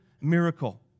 miracle